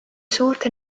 suurte